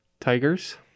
Tigers